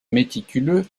méticuleux